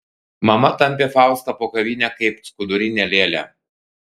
mama tampė faustą po kavinę kaip skudurinę lėlę